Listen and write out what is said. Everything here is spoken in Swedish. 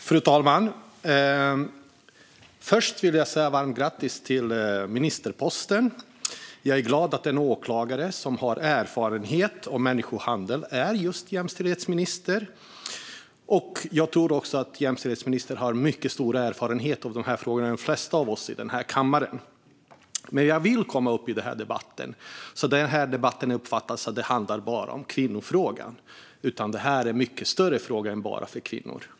Fru talman! Varmt grattis till ministerposten, statsrådet! Jag är glad över att en åklagare som har erfarenhet av människohandel är just jämställdhetsminister. Jag tror också att jämställdhetsministern har mycket större erfarenhet av dessa frågor än de flesta av oss i den här kammaren. Men jag vill delta i den här debatten eftersom det kan uppfattas som om den bara handlar om kvinnofrågor när det är en mycket större fråga som inte bara rör kvinnor.